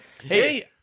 Hey